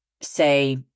say